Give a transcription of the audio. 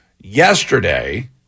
yesterday